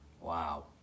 Wow